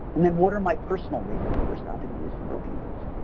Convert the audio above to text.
and then what are my personal reasons for stopping using opioids?